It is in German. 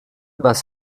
was